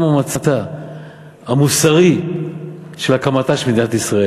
הם המצע המוסרי של הקמתה של מדינת ישראל.